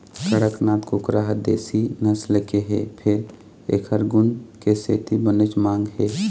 कड़कनाथ कुकरा ह देशी नसल के हे फेर एखर गुन के सेती बनेच मांग हे